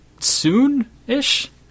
Soon-ish